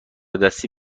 دستی